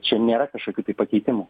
čia nėra kažkokių tai pakeitimų